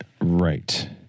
Right